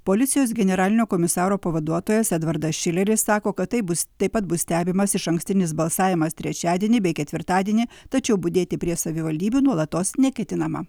policijos generalinio komisaro pavaduotojas edvardas šileris sako kad taip bus taip pat bus stebimas išankstinis balsavimas trečiadienį bei ketvirtadienį tačiau budėti prie savivaldybių nuolatos neketinama